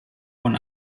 von